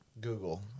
Google